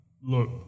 Look